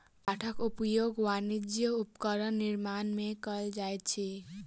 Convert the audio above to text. काठक उपयोग वाणिज्यक उपकरण निर्माण में कयल जाइत अछि